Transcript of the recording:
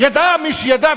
ידע מי שידע,